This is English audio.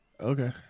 Okay